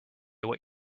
what